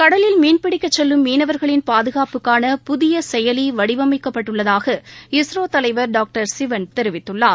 கடலில் மீன்பிடிக்கச் செல்லும் மீனவர்களின் பாதுகாப்புக்கான புதிய செயலி வடிவமைக்கப்பட்டுள்ளதாக இஸ்ரோ தலைவர் டாக்டர் சிவன் தெரிவித்துள்ளார்